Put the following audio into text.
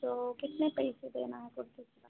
तो कितने पैसे देना है कुर्ते का